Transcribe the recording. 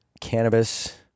cannabis